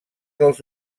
dels